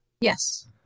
Yes